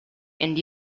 and